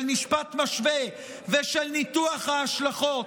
של משפט משווה ושל ניתוח ההשלכות.